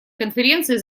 конференции